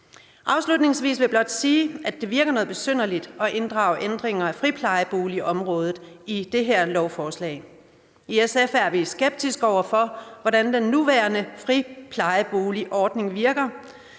Afslutningsvis vil jeg blot sige, at det virker noget besynderligt at inddrage ændringer af friplejeboligområdet i det her lovforslag. I SF er vi skeptiske over for, hvordan den nuværende friplejeboligordning virker.